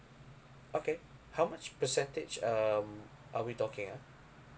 okay how much percentage um are we talking ah